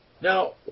Now